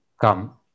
come